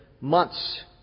months